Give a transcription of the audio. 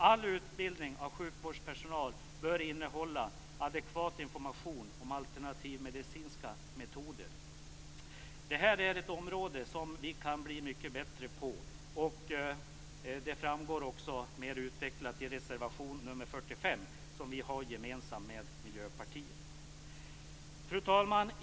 All utbildning av sjukvårdspersonal bör innehålla adekvat information om alternativmedicinska metoder. Detta är ett område vi kan bli mycket bättre på. Det framgår också mer utvecklat i reservation nr 45 som vi har gemensam med Miljöpartiet. Fru talman!